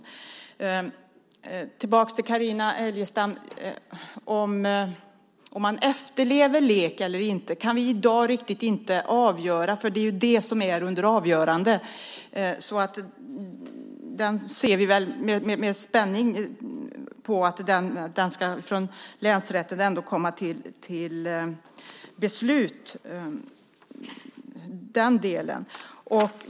Jag ska gå tillbaka till Carina Adolfsson Elgestam. Om man efterlever LEK eller inte kan vi i dag inte riktigt avgöra. Det är ju det som är under avgörande. Vi ser väl med spänning fram emot att man från länsrätten ändå ska komma till beslut i den delen.